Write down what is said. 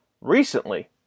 recently